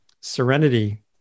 serenity